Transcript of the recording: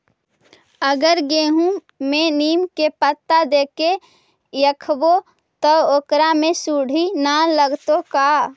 अगर गेहूं में नीम के पता देके यखबै त ओकरा में सुढि न लगतै का?